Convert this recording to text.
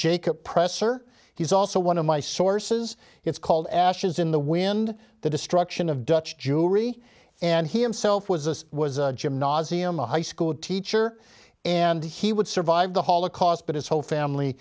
jacob press or he's also one of my sources it's called ashes in the wind the destruction of dutch jewry and he himself was this was jim nauseum a high school teacher and he would survive the holocaust but his whole family